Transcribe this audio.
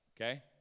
okay